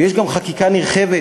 ויש גם חקיקה נרחבת